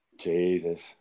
Jesus